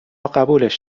قبولش